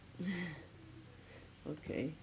okay